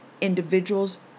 individuals